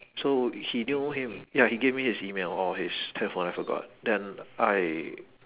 so he knew him ya he gave me his email or his telephone I forgot then I